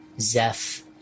Zeph